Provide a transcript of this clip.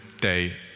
day